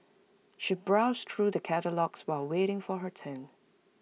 she browsed through the catalogues while waiting for her turn